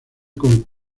con